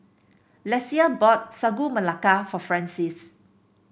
Lesia bought Sagu Melaka for Francies